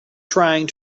trying